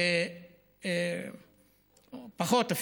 ואפילו פחות,